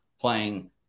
playing